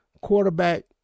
quarterback